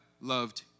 loved